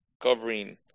covering